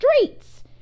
streets